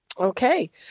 Okay